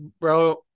bro